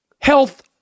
health